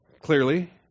Clearly